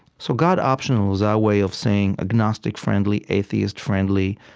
so god-optional is our way of saying agnostic-friendly, atheist-friendly.